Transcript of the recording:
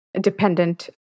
dependent